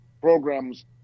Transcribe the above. programs